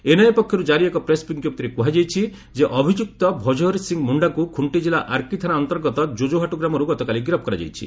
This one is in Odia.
ଏନ୍ଆଇଏ ପକ୍ଷରୁ ଜାରୀ ଏକ ପ୍ରେସ୍ ବିଞ୍ଜପ୍ତିରେ କୁହାଯାଇଛି ଯେ ଅଭିଯୁକ୍ତ ଭକୋହାରୀ ସିଂହ ମୁଣ୍ଡାକୁ ଖୁଣ୍ଟି କିଲ୍ଲା ଆରକି ଥାନା ଅନ୍ତର୍ଗତ କୋଜୋହାଟୁ ଗ୍ରାମରୁ ଗତକାଲି ଗିରଫ କରାଯାଇଛି